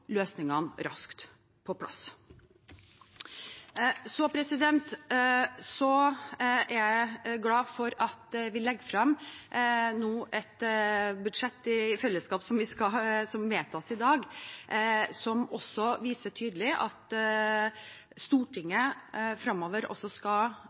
løsningene raskt på plass. Så er jeg glad for at vi nå legger frem et budsjett i fellesskap som vedtas i dag, som også viser tydelig at Stortinget fremover skal